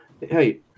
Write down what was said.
Hey